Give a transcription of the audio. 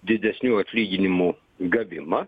didesnių atlyginimų gavimą